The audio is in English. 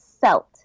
felt